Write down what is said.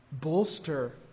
bolster